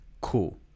Cool